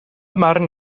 marn